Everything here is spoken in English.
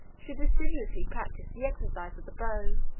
should assiduously practise the exercise of the bow.